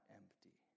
empty